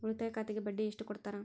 ಉಳಿತಾಯ ಖಾತೆಗೆ ಬಡ್ಡಿ ಎಷ್ಟು ಕೊಡ್ತಾರ?